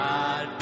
God